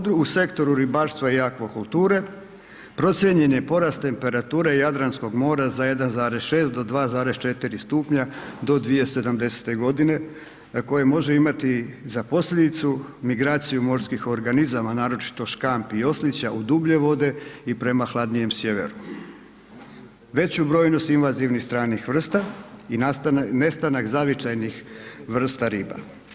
U području, u sektoru ribarstva i akvakulture procijenjen je porast temperature Jadranskog mora za 1,6 do 2,4 stupnja do 2070.-te godine, koje može imati za posljedicu migraciju morskih organizama, naročito škampi i oslića u dublje vode i prema hladnijem sjeveru, veću brojnost invaznivnih stranih vrsta i nestanak zavičajnih vrsta riba.